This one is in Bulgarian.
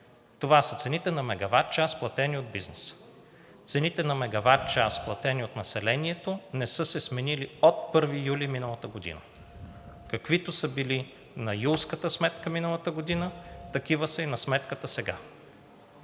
Това са цените на мегаватчас, платени от бизнеса. Цените на мегаватчас, платени от населението, не са се сменили от 1 юли миналата година – каквито са били на юлската сметка миналата година, такива са и на сметката сега.